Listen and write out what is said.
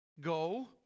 go